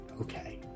Okay